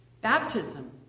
Baptism